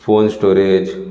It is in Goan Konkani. phone storage